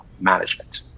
management